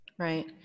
Right